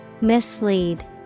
Mislead